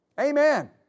Amen